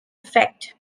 effect